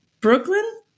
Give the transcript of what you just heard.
Brooklyn